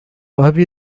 أبي